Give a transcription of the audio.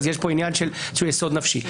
אז יש פה עניין של יסוד נפשי.